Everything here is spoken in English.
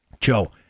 Joe